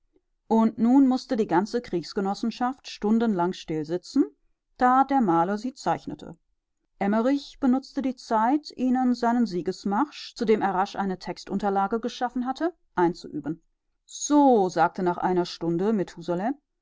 und nun mußte die ganze kriegsgenossenschaft stundenlang stillsitzen da der maler sie zeichnete emmerich benutzte die zeit ihnen seinen siegesmarsch zu dem er rasch eine textunterlage geschaffen hatte einzuüben so sagte nach einer stunde methusalem